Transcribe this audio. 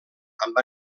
amb